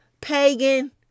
pagan